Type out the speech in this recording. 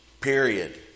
period